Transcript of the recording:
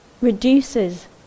reduces